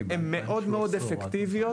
הן מאוד מאוד אפקטיביות,